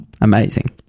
Amazing